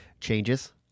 changes